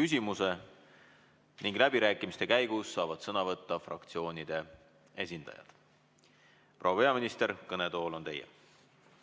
küsimuse ning läbirääkimiste käigus saavad sõna võtta fraktsioonide esindajad. Proua peaminister, kõnetool on teie. Aga